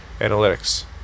Analytics